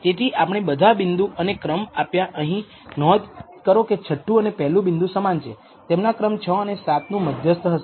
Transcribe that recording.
તેથી આપણે બધા બિંદુ અને ક્રમ આપ્યા અહીં નોંધ કરો કે છઠ્ઠું અને પહેલું બિંદુ સમાન છે તેમના ક્રમ 6 અને 7 નું મધ્યસ્થ રહેશે